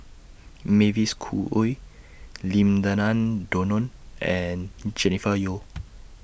Mavis Khoo Oei Lim Denan Denon and Jennifer Yeo